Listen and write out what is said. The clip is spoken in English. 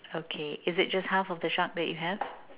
okay is it just half of the shark that you have